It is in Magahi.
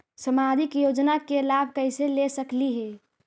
सामाजिक योजना के लाभ कैसे ले सकली हे?